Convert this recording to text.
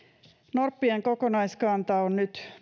norppien kokonaiskanta on nyt